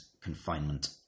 confinement